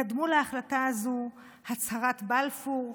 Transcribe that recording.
קדמו להחלטה הזו הצהרת בלפור,